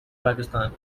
pakistan